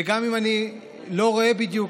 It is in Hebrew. וגם אם אני לא רואה בדיוק,